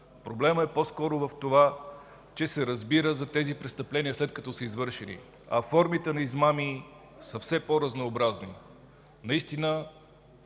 Проблемът е по-скоро в това, че се разбира за тези престъпления, след като са извършени, а формите на измами са все по-разнообразни. Толкова